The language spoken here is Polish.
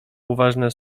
uważnie